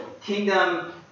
kingdom